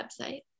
website